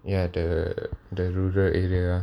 ya the the rural area